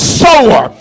sower